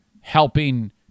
helping